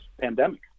pandemic